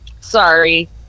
sorry